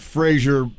Frazier